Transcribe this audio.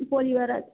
পরিবার আছে